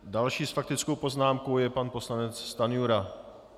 Další s faktickou poznámkou je pan poslanec Stanjura.